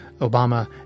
Obama